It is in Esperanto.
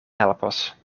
helpos